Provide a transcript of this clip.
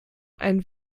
einen